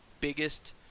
biggest